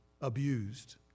abused